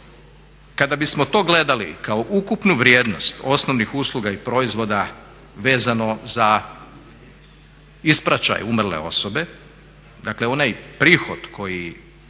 Kada bismo to gledali kao ukupnu vrijednost osnovnih usluga i proizvoda vezano za ispraćaj umrle osobe, dakle onaj prihod koji